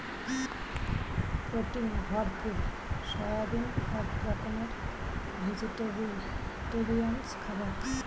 প্রোটিনে ভরপুর সয়াবিন এক রকমের ভেজিটেরিয়ান খাবার